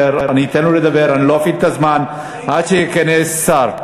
לדבר ואפעיל את השעון ברגע שייכנס שר.